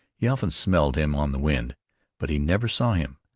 he often smelled him on the wind but he never saw him,